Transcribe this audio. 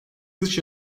dış